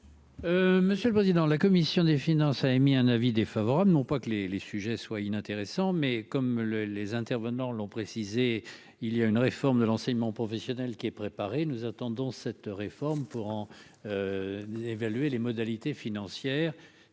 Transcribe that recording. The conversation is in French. Monsieur le président de la commission des finances, a émis un avis défavorable, non pas que les les sujets soit inintéressant, mais comme le les intervenants l'ont précisé il y a une réforme de l'enseignement professionnel qui est préparé, nous attendons cette réforme pour en évaluer les modalités financières